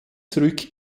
zurück